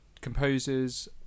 composers